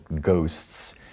Ghosts